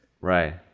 Right